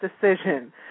decision